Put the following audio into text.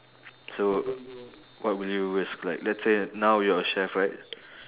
so what would you risk like let's say now you're a chef right